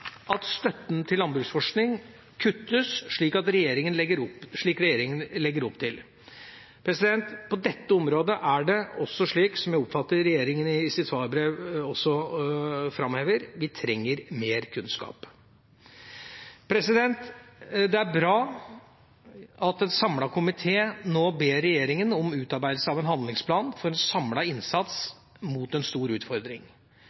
at støtten til landbruksforskning kuttes, slik regjeringa legger opp til. På dette området er det også slik, som jeg oppfatter at regjeringa i sitt svarbrev også framhever, at vi trenger mer kunnskap. Det er bra at en samlet komité nå ber regjeringa om utarbeidelse av en handlingsplan for en samlet innsats mot en stor utfordring.